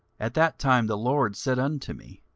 at that time the lord said unto me,